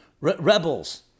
rebels